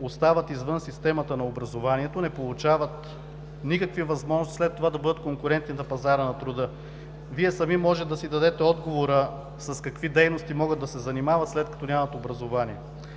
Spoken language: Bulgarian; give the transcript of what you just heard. остават извън системата на образованието, не получават никакви възможности след това да бъдат конкурентни на пазара на труда. Вие сами може да си дадете отговора с какви дейности могат да се занимават, след като нямат образование.